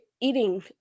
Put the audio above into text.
eating